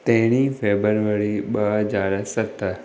तेरहीं फरवरी ॿ हज़ार सत